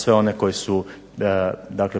sve one koji su